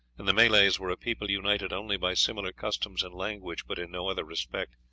and the malays were a people united only by similar customs and language, but in no other respect,